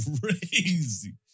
crazy